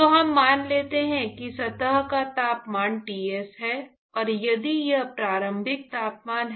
तो हम मान लेते हैं कि सतह का तापमान Ts है और यदि यह प्रारंभिक तापमान है